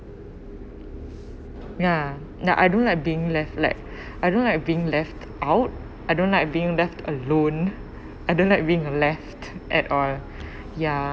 ya nah I don't like being left like I don't like being left out I don't like being left alone I don't like being left at all ya